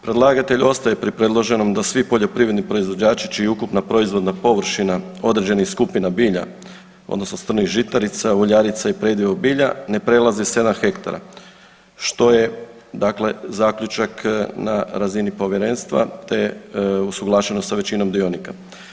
Predlagatelj ostaje pri predloženom da svi poljoprivredni proizvođači čija ukupna proizvodna površina određenih skupina bilja odnosno strnih žitarica, uljarica i predivog bilja ne prelaze 7 hektara, što je dakle zaključak na razini povjerenstva, te usuglašeno sa većinom dionika.